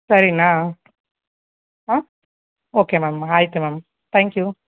ಸರಿನಾ ಹಾಂ okay ma'am ಆಯಿತು ಮ್ಯಾಮ್ ತ್ಯಾಂಕ್ ಯೂ